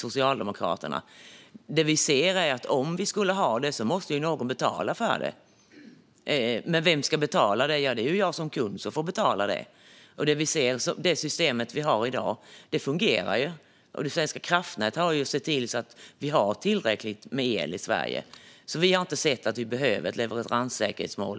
Om vi skulle ha ett sådant mål måste någon betala för det. Men vem ska betala? Ja, det är ju kunderna som får betala det. Det system vi har i dag fungerar. Svenska kraftnät har sett till att vi har tillräckligt med el i Sverige. Vi har inte sett att vi skulle behöva ett leveranssäkerhetsmål.